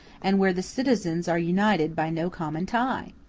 and where the citizens are united by no common tie?